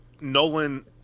Nolan